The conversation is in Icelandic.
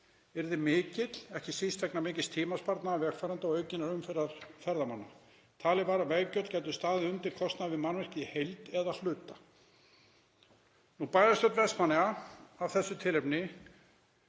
yrði mikill, ekki síst vegna mikils tímasparnaðar vegfarenda og aukinnar umferðar ferðamanna. Talið var að veggjöld gætu staðið undir kostnaði við mannvirkið í heild eða hluta. Bæjarstjórn Vestmannaeyja af þessu tilefni